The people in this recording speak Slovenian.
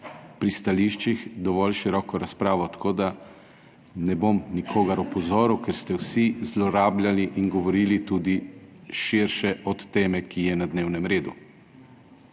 pri stališčih dovolj široko razpravo, tako da ne bom nikogar opozoril, ker ste vsi zlorabljali in govorili tudi širše od teme, ki je na dnevnem redu.